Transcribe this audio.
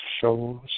shows